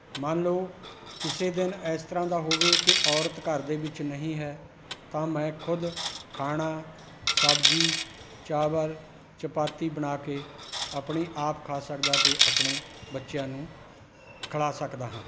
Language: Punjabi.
ਮੰਨ ਲਵੋ ਕਿਸੇ ਦਿਨ ਇਸ ਤਰ੍ਹਾਂ ਦਾ ਹੋਵੇ ਕਿ ਔਰਤ ਘਰ ਦੇ ਵਿੱਚ ਨਹੀਂ ਹੈ ਤਾਂ ਮੈਂ ਖ਼ੁਦ ਖਾਣਾ ਸਬਜ਼ੀ ਚਾਵਲ ਚਪਾਤੀ ਬਣਾ ਕੇ ਆਪਣੀ ਆਪ ਖਾ ਸਕਦਾ ਅਤੇ ਆਪਣੇ ਬੱਚਿਆਂ ਨੂੰ ਖਵਾ ਸਕਦਾ ਹਾਂ